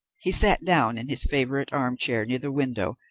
he sat down in his favourite arm-chair near the window,